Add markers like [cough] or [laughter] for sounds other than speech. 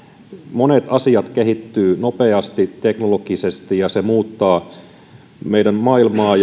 monet asiat kehittyvät nopeasti teknologisesti ja se muuttaa meidän maailmaa [unintelligible]